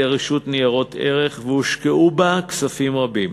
רשות ניירות הערך והושקעו בה כספים רבים.